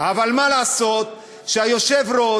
אבל מה לעשות שהיושב-ראש,